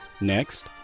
Next